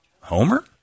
Homer